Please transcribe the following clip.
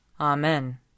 Amen